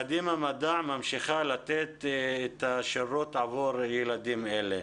"קדימה מדע" ממשיכה לתת את השירות עבור ילדים אלה.